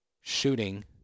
shooting